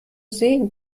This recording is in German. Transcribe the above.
sehen